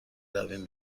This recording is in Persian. رویم